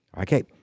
Okay